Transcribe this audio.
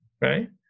right